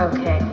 Okay